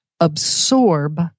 absorb